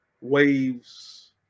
waves